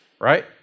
Right